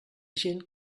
gent